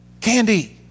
Candy